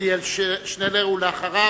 עתניאל שנלר, ואחריו,